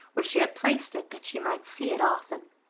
where she had placed it that she might see it often.